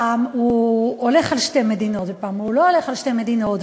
פעם הוא הולך על שתי מדינות ופעם הוא לא הולך על שתי מדינות,